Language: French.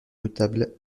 notable